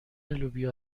لوبیا